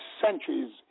centuries